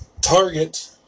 target